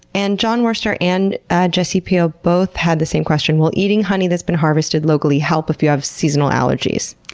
and john worster and jesse peel both had the same question will eating honey that's been harvested locally help if you have seasonal allergies?